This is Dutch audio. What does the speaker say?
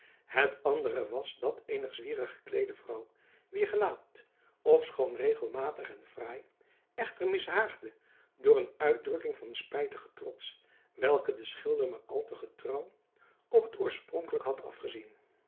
het andere was dat eener zwierig gekleede vrouw wier gelaat ofschoon regelmatig en fraai echter mishaagde door een uitdrukking van spijtigen trots welken de schilder maar al te getrouw op het oorspronkelijke had afgezien